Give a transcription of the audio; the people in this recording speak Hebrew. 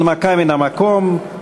הנמקה מן המקום.